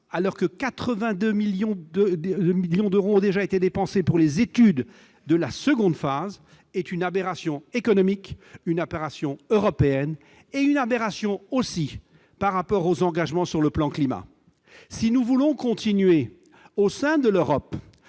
alors que 82 millions d'euros ont déjà été dépensés pour les études de la seconde phase, est une aberration économique, une aberration européenne et une aberration au regard des engagements pris dans le cadre du plan Climat. Si nous voulons, au sein de l'Europe,